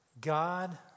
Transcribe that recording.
God